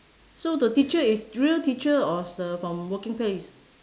so the teacher is real teacher or is uh from working place